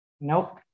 Nope